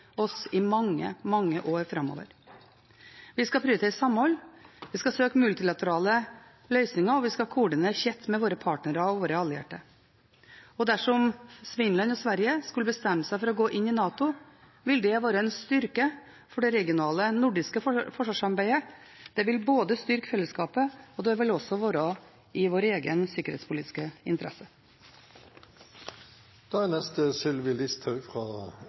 oss i mange år framover. Vi skal prioritere samhold, vi skal søke multilaterale løsninger og vi skal koordinere tett med våre partnere og våre allierte. Dersom Finland og Sverige skulle bestemme seg for å gå inn i NATO, vil det være en styrke for det regionale nordiske forsvarssamarbeidet. Det vil styrke fellesskapet, og det vil også være i vår egen sikkerhetspolitiske interesse. Takk til statsministeren for redegjørelsen. Det er